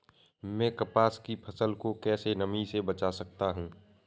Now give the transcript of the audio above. मैं कपास की फसल को कैसे नमी से बचा सकता हूँ?